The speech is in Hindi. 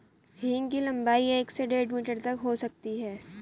हींग की लंबाई एक से डेढ़ मीटर तक हो सकती है